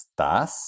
¿Estás